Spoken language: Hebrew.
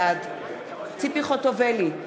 בעד ציפי חוטובלי,